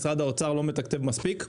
משרד האוצר לא מתקצב מספיק.